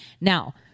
Now